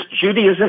Judaism